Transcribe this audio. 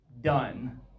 done